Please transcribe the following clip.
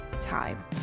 time